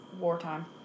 wartime